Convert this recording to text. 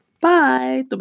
Bye